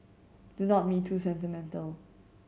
do not be too sentimental